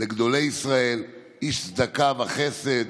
לגדולי ישראל, איש צדקה וחסד